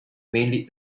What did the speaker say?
mainly